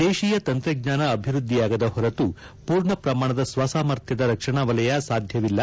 ದೇಶೀಯ ತಂತ್ರಜ್ಞಾನ ಅಭಿವೃದ್ಧಿಯಾಗದ ಹೊರತು ಪೂರ್ಣ ಪ್ರಮಾಣದ ಸ್ವ ಸಾಮರ್ಥ್ಯದ ರಕ್ಷಣಾ ವಲಯ ಸಾಧ್ಯವಿಲ್ಲ